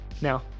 Now